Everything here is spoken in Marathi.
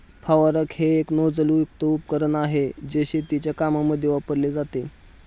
फवारक हे एक नोझल युक्त उपकरण आहे, जे शेतीच्या कामांमध्ये वापरले जाते